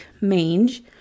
mange